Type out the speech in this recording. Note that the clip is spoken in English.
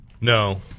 No